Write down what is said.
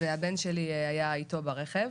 והבן שלי היה איתו ברכב.